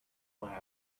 lamb